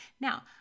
Now